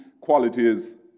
qualities